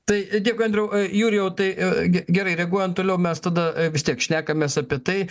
tai dėkui andriau jurijau tai ge gerai reaguojant toliau mes tada vis tiek šnekamės apie tai